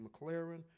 McLaren